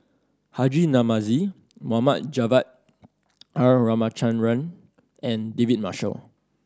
Haji Namazie Mohd Javad R Ramachandran and David Marshall